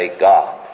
God